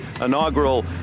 inaugural